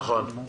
נכון.